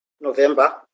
November